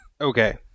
Okay